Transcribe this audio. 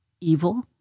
evil